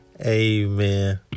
Amen